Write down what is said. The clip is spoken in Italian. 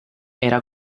era